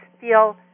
feel